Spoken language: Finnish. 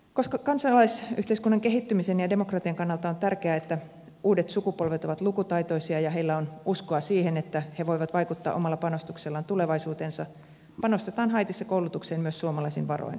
koska kansalaisyhteiskunnan kehittymisen ja demokratian kannalta on tärkeää että uudet sukupolvet ovat lukutaitoisia ja heillä on uskoa siihen että he voivat vaikuttaa omalla panostukselleen tulevaisuuteensa panostetaan haitissa koulutukseen myös suomalaisin varoin